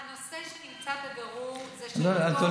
הנושא שנמצא בבירור זה של אותו אדם.